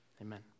Amen